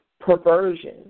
perversion